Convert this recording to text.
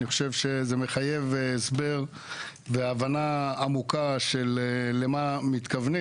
אני חושב שזה מחייב הסבר והבנה עמוקה של מה מתכוונים,